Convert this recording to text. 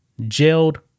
jailed